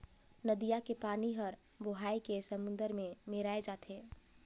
नदिया के पानी हर बोहाए के समुन्दर में मेराय जाथे